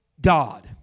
God